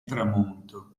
tramonto